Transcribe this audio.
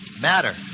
Matter